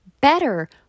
better